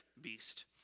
beast